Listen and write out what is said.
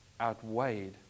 outweighed